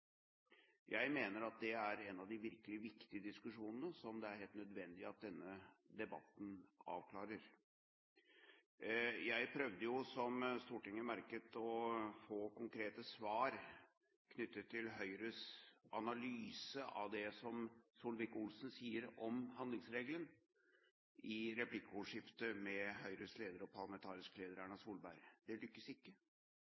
Jeg mener at det er en av de virkelig viktige diskusjonene, som det er helt nødvendig at denne debatten avklarer. Jeg prøvde, som Stortinget merket, å få konkrete svar knyttet til Høyres analyse av det som Solvik-Olsen i replikkordskiftet med Høyres leder og parlamentariske leder, Erna